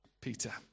Peter